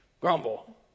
Grumble